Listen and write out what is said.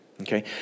okay